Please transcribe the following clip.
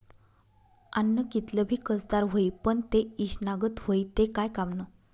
आन्न कितलं भी कसदार व्हयी, पन ते ईषना गत व्हयी ते काय कामनं